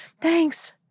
thanks